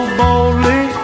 boldly